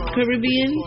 Caribbean